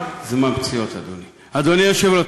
אדוני היושב-ראש,